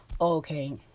okay